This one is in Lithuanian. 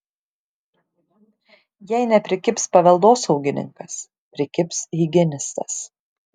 jei neprikibs paveldosaugininkas prikibs higienistas